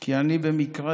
כי אני במקרה